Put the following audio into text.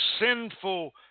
sinful